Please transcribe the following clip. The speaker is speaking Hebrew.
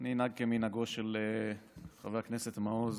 אני אנהג כמנהגו של חבר הכנסת מעוז